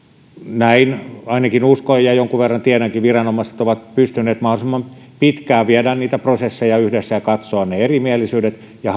näin ainakin uskon ja jonkun verran tiedänkin viranomaiset ovat pystyneet mahdollisimman pitkään viemään niitä prosesseja yhdessä ja katsomaan ne erimielisyydet ja